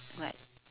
like